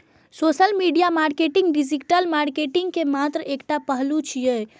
social media marketing digital marketing के मात्र एकटा पहलू छियै